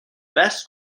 best